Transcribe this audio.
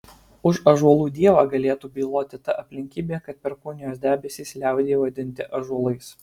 už ąžuolų dievą galėtų byloti ta aplinkybė kad perkūnijos debesys liaudyje vadinti ąžuolais